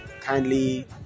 kindly